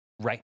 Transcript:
right